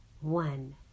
one